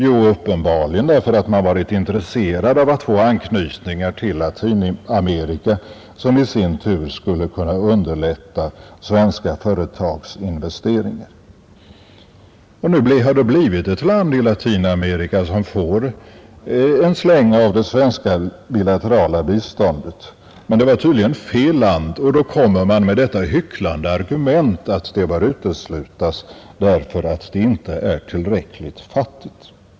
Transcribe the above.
Jo, uppenbarligen därför att man varit intresserad av att få anknytningar till Latinamerika som i sin tur skulle kunna underlätta svenska företags investeringar. Nu har det blivit ett land i Latinamerika som får en släng av det svenska bilaterala biståndet, men det var tydligen fel land, och då kommer man med detta hycklande argument att det bör uteslutas därför att det inte är tillräckligt fattigt.